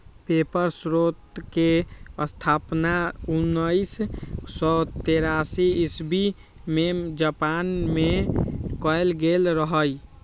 paper स्रोतके स्थापना उनइस सौ तेरासी इस्बी में जापान मे कएल गेल रहइ